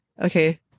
okay